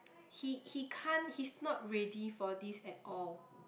he he can't he's not ready for this at all